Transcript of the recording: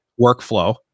workflow